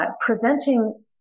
presenting